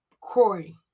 Corey